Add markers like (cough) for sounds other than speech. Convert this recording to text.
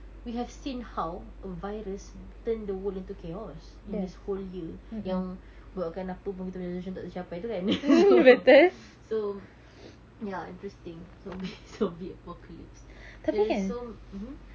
we have seen how a virus turn the world into chaos in this whole year yang buatkan apa pun kita punya resolution tak tercapai tu kan (laughs) so ya interesting zombie zombie apocalypse there is so mmhmm